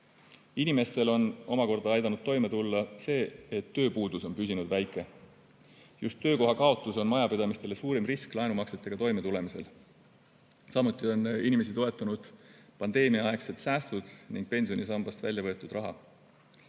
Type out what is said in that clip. Inimestel on omakorda aidanud toime tulla see, et tööpuudus on püsinud väike. Just töökoha kaotus on majapidamistele suurim risk laenumaksetega toimetulemisel. Samuti on inimesi toetanud pandeemiaaegsed säästud ning pensionisambast välja võetud raha.